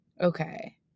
Okay